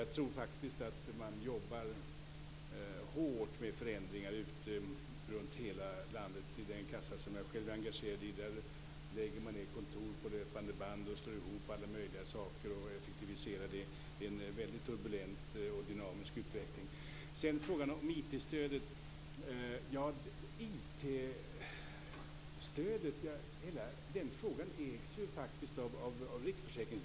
Jag tror faktiskt att man jobbar hårt med förändringar runtom i hela landet. I den kassa jag själv är engagerad i lägger man ned kontor på löpande band, slår ihop alla möjliga saker och effektiviserar. Det är en väldigt turbulent och dynamisk utveckling. Sedan till frågan om IT-stödet. Hela den frågan ägs av Riksförsäkringsverket.